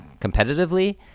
competitively